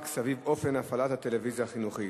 סביב אופן הפעלת הטלוויזיה החינוכית,